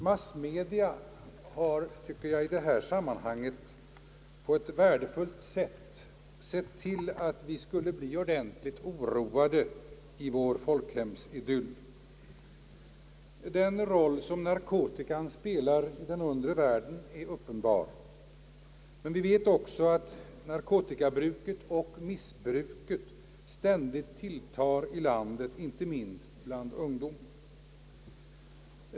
Massmedia har, tycker jag, i detta sammanhang på ett värdefullt sätt sett till att vi skulle bli ordentligt oroade i vår folkhemsidyll. Den roll som narkotikan spelar i den undre världen är uppenbar, men vi vet också att narkotikabruket och missbruket ständigt tilltar i landet, inte minst bland ungdom.